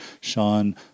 Sean